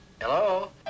Hello